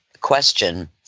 question